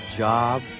job